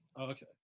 Okay